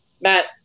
Matt